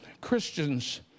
Christians